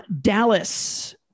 Dallas